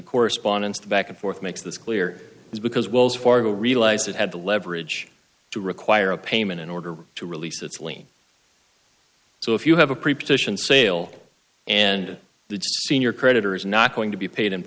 the correspondence back and forth makes this clear is because wells fargo realized it had the leverage to require a payment in order to release its lien so if you have a preposition sale and the senior creditor is not going to be paid in